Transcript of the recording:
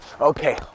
Okay